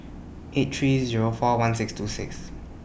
eight three Zero four one six two six